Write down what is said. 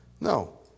No